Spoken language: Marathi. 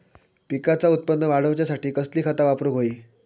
पिकाचा उत्पन वाढवूच्यासाठी कसली खता वापरूक होई?